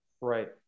Right